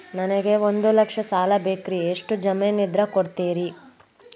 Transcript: ನನಗೆ ಒಂದು ಲಕ್ಷ ಸಾಲ ಬೇಕ್ರಿ ಎಷ್ಟು ಜಮೇನ್ ಇದ್ರ ಕೊಡ್ತೇರಿ?